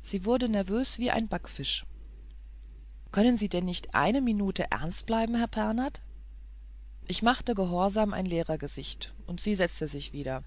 sie wurde nervös wie ein backfisch können sie denn nicht eine minute ernsthaft bleiben herr pernath ich machte gehorsam ein lehrergesicht und sie setzte sich wieder